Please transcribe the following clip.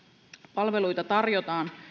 palveluita tarjotaan